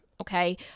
okay